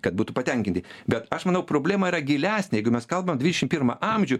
kad būtų patenkinti bet aš manau problema yra gilesnė jeigu mes kalbam dvidešim pirmam amžiuj